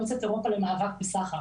כאן.